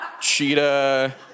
cheetah